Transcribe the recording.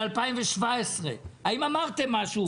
על 2017. האם אמרתם משהו?